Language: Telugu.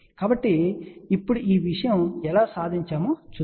కాబట్టి ఇప్పుడు ఈ విషయం ఎలా సాధించబడిందో చూద్దాం